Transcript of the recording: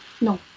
No